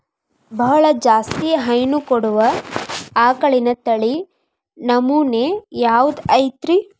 ಬಹಳ ಜಾಸ್ತಿ ಹೈನು ಕೊಡುವ ಆಕಳಿನ ತಳಿ ನಮೂನೆ ಯಾವ್ದ ಐತ್ರಿ?